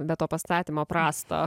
be to pastatymo prasto